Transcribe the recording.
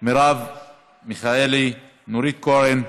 מרב מיכאלי, נורית קורן,